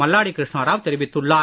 மல்லடி கிருஷ்ணராவ் தெரிவித்துள்ளார்